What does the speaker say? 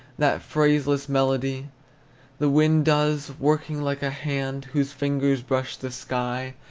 that phraseless melody the wind does, working like a hand whose fingers brush the sky,